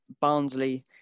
Barnsley